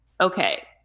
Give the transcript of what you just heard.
okay